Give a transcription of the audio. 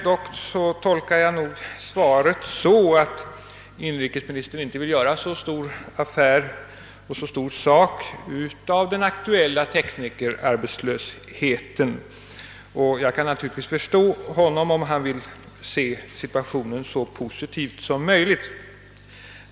Dock tolkar jag svaret så att inrikesministern inte vill göra så stor sak av den aktuella teknikerarbetslösheten. Jag kan naturligtvis förstå om han vill se situationen så positiv som möjligt.